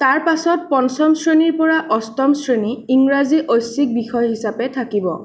তাৰ পাছত পঞ্চম শ্ৰেণীৰ পৰা অষ্টম শ্ৰেণী ইংৰাজী ঐচ্ছিক বিষয় হিচাপে থাকিব